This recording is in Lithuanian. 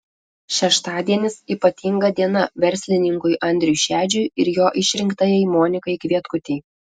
šeštadienis ypatinga diena verslininkui andriui šedžiui ir jo išrinktajai monikai kvietkutei